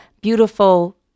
beautiful